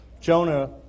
Jonah